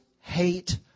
hate